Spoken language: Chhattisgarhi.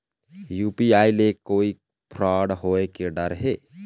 यू.पी.आई ले कोई फ्रॉड होए के डर हे का?